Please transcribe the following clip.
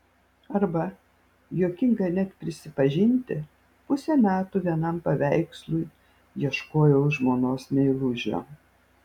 arba juokinga net prisipažinti pusę metų vienam paveikslui ieškojau žmonos meilužio